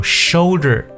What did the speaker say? shoulder